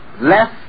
less